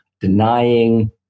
denying